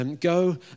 Go